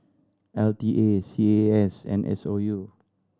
L T A C A A S and S O U